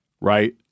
right